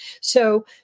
So-